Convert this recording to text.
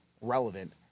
relevant